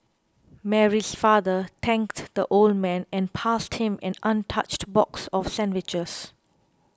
Mary's father thanked the old man and passed him an untouched box of sandwiches